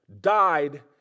died